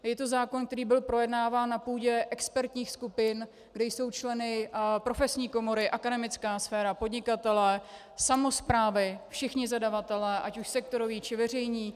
Je to zákon, který byl projednáván na půdě expertních skupin, kde jsou členy profesní komory, akademická sféra, podnikatelé, samosprávy, všichni zadavatelé, ať už sektoroví, či veřejní.